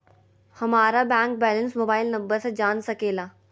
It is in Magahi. हमारा बैंक बैलेंस मोबाइल नंबर से जान सके ला?